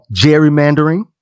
gerrymandering